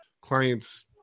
clients